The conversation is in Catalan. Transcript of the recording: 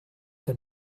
que